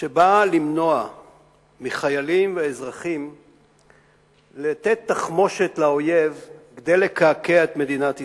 שבא למנוע מחיילים ואזרחים לתת תחמושת לאויב כדי לקעקע את מדינת ישראל.